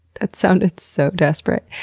that sounded so desperate.